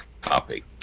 copy